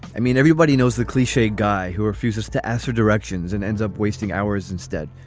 i mean, everybody knows the cliche guy who refuses to ask for directions and ends up wasting hours instead.